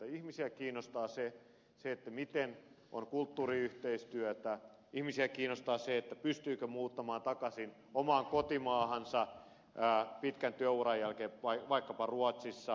ihmisiä kiinnostaa se miten on kulttuuriyhteistyötä ihmisiä kiinnostaa se pystyykö muuttamaan takaisin omaan kotimaahansa pitkän työuran jälkeen vaikkapa ruotsissa